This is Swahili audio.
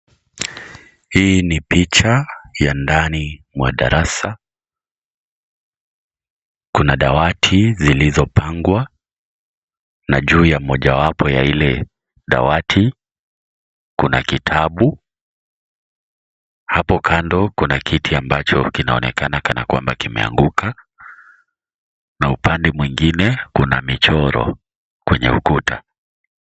Hii ni picha ya ndani mwa darasa, kuna dawati zilizopangwa, na juu ya mojawapo ya ile dawati kuna kitabu. Hapo kando kuna kiti ambacho kinaoneka kana kwamba kimeanguka na upande mwingine kuna michoro kwenye ukuta.